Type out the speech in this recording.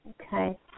Okay